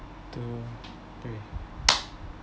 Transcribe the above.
two three